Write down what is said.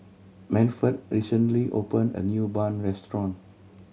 Manford recently opened a new bun restaurant